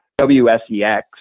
WSEX